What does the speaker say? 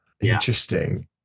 interesting